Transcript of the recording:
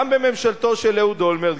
גם בממשלתו של אהוד אולמרט,